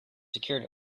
secured